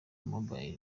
mobile